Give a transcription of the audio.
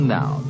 now